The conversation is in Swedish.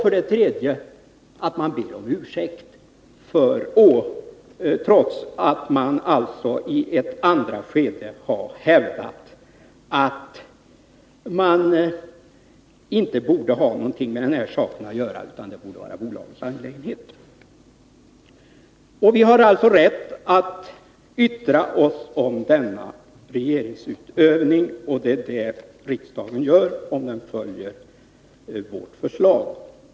För det tredje bad man om ursäkt, trots att man alltså i ett andra skede hade hävdat att regeringen inte borde ha någonting med saken att göra, utan att det var en angelägenhet för bolaget. Vi har alltså rätt att yttra oss om denna regeringsutövning, och det är det som riksdagen gör, om den följer vårt förslag.